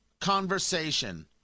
conversation